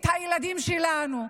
את הילדים שלנו.